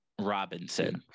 Robinson